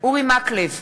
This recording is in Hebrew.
אורי מקלב,